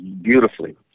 beautifully